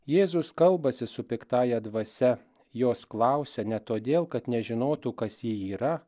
jėzus kalbasi su piktąja dvasia jos klausia ne todėl kad nežinotų kas ji yra